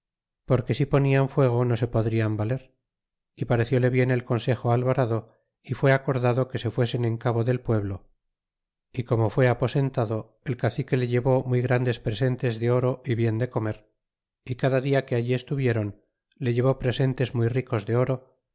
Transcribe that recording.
porque si ponian fuego no se podrian valer y parecile bien el consejo á alvarado y fué acordado que se fuesen en cabo del pueblo y corno fué aposentado el cacique le llevó muy grandes presentes de oro y bien de comer y cada dia que allí estuviéron le llevó presentes muy ricos de oro